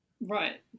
right